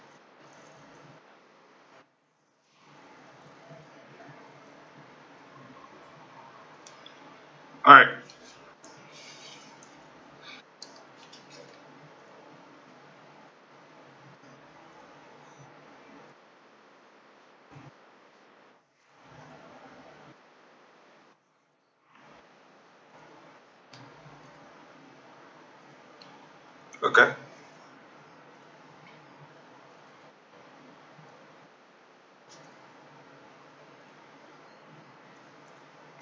alright okay